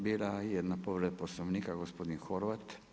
Bila je jedna povreda Poslovnika, gospodin Horvat.